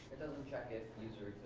check if user